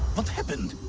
what happened?